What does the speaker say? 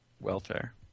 Welfare